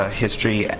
ah history, and